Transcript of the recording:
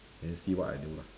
then see what I do lah